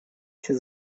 się